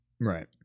right